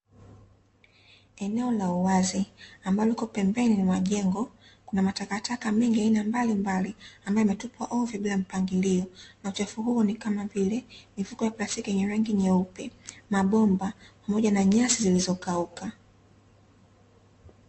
Eneo la uwazi, ambalo lipo pembeni mwa jengo, kuna matakataka mengi ya aina mbalimbali ambayo yametupwa ovyo bila mpangilio, na uchafu huo ni kama vile; mifuko ya plastiki yenye rangi nyeupe, mabomba pamoja na nyasi zilizokauka